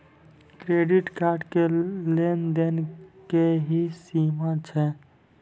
Credit card के लेन देन के की सीमा छै?